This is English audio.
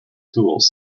tools